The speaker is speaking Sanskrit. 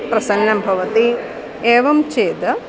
प्रसन्नं भवति एवं चेद्